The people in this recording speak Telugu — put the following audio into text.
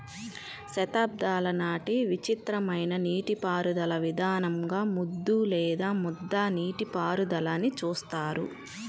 శతాబ్దాల నాటి విచిత్రమైన నీటిపారుదల విధానంగా ముద్దు లేదా ముద్ద నీటిపారుదలని చూస్తారు